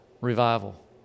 revival